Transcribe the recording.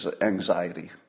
anxiety